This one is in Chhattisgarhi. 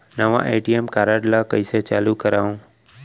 नवा ए.टी.एम कारड ल कइसे चालू करव?